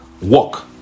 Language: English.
Walk